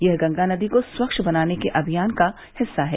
यह गंगा नदी को स्वच्छ बनाने के अभियान का हिस्सा है